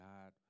God